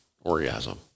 orgasm